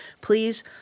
please